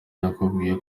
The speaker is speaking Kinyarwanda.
nakubwiye